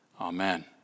Amen